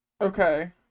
Okay